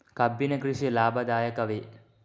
ಕಬ್ಬಿನ ಕೃಷಿ ಲಾಭದಾಯಕವೇ?